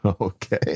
Okay